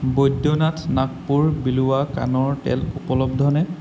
বৈদ্যনাথ নাগপুৰ বিলৱা কাণৰ তেল উপলব্ধনে